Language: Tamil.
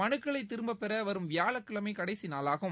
மனுக்களை திரும்பப்பெற வரும் வியாழக்கிழமை கடைசி நாளாகும்